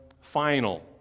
final